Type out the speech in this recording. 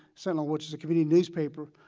so which is a community newspaper,